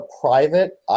private